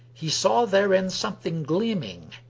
he saw therein something gleaming.